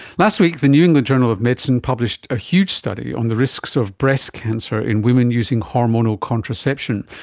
last week the new england journal of medicine published a huge study on the risks of breast cancer in women using hormonal contraception,